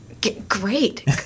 Great